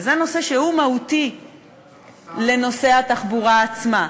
וזה נושא שהוא מהותי לנושא התחבורה עצמה.